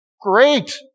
Great